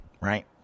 right